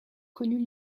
connu